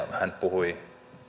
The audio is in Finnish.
hän puhui